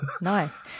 nice